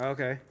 Okay